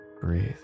Breathe